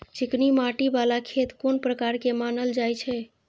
चिकनी मिट्टी बाला खेत कोन प्रकार के मानल जाय छै?